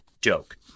joke